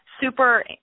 super